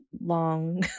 long